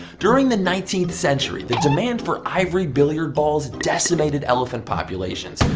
during the nineteenth century, the demand for ivory billiard balls decimated elephant populations,